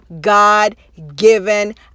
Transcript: God-given